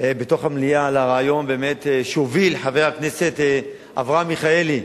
בתוך המליאה על הרעיון שהוביל באמת חבר הכנסת אברהם מיכאלי.